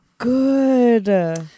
Good